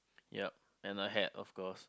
yup and a hat of course